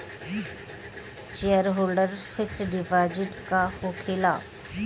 Shareholder fixed deposit का होखे ला?